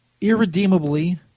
irredeemably